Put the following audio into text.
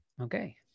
Okay